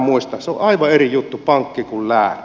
pankki on aivan eri juttu kuin lääke